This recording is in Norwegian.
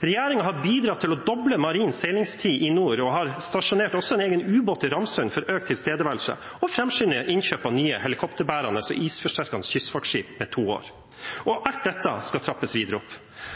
Regjeringen har bidratt til å doble marin seilingstid i nord, har også stasjonert en egen ubåt i Ramsund for økt tilstedeværelse og framskynder innkjøp av nye helikopterbærende og isforsterkede kystvaktskip med to år.